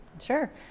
Sure